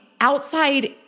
outside